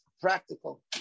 practical